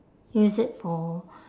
use it for